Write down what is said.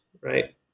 right